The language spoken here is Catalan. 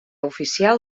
oficial